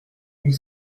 une